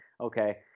Okay